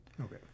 Okay